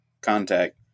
contact